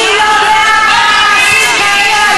במקרה הם שכנים שלך.